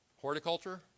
Horticulture